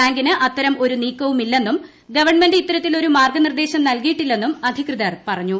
ബാങ്കിന് അത്തരം ഒരു നീക്കവുമില്ലെന്നും ഗവൺമെന്റ് ഇത്തരത്തിൽ ഒരു മാർഗ്ഗനിർദ്ദേശം നൽകിയിട്ടില്ലെന്നും അധികൃതർ പറഞ്ഞു